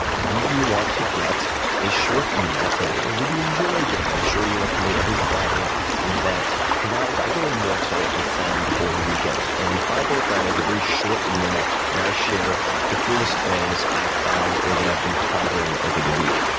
do you want to get a short email from me? would you enjoy getting a short email from me every friday that provides a little morsel of fun before the weekend? and five bullet friday is a very short email where i share the coolest things i've found or that i've been pondering over the week.